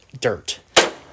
dirt